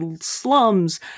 slums